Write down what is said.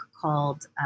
called